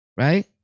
right